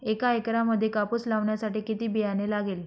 एका एकरामध्ये कापूस लावण्यासाठी किती बियाणे लागेल?